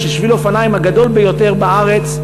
של שביל האופניים הגדול ביותר בארץ,